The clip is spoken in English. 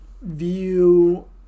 view